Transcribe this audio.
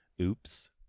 Oops